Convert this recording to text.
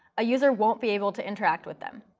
a user won't be able to interact with them.